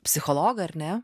psichologą ar ne